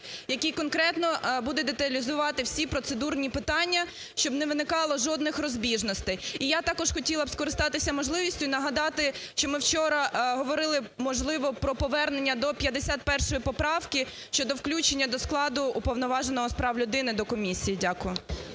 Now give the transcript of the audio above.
який конкретно буде деталізувати всі процедурні питання, щоб не виникало жодних розбіжностей. І я також хотіла б скористатися можливістю і нагадати, що ми вчора говорили, можливо, про повернення до 51 поправки щодо включення до складу Уповноваженого з прав людини до комісії. Дякую.